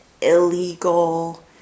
illegal